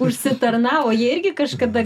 užsitarnavo jie irgi kažkada